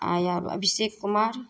आओर अभिषेक कुमार